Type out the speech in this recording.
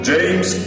James